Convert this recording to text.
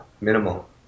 minimal